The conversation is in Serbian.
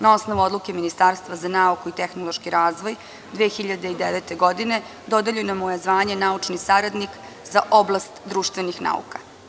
Na osnovu odluke Ministarstva za nauku i tehnološki razvoj, 2009. godine dodeljeno mu je zvanje naučni saradnik za oblast društvenih nauka.